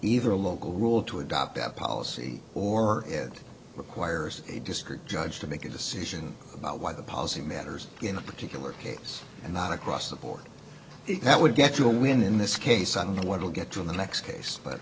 either a local rule to adopt that policy or it requires a district judge to make a decision about why the policy matters in a particular case and not across the board that would get to a win in this case on the way to get to the next case but